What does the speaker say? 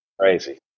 crazy